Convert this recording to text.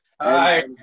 Hi